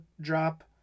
drop